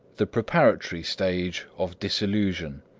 the preparatory stage of disillusion.